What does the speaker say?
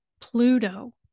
Pluto